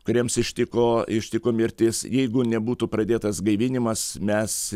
kuriems ištiko ištiko mirtis jeigu nebūtų pradėtas gaivinimas mes